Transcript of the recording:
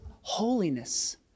holiness